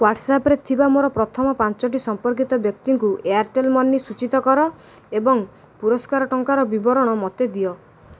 ହ୍ଵାଟ୍ସାପରେ ଥିବା ମୋର ପ୍ରଥମ ପାଞ୍ଚଟି ସମ୍ପର୍କିତ ବ୍ୟକ୍ତିଙ୍କୁ ଏୟାର୍ଟେଲ୍ ମନି ସୂଚିତ କର ଏବଂ ପୁରସ୍କାର ଟଙ୍କାର ବିବରଣ ମୋତେ ଦିଅ